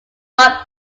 bob